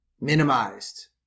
minimized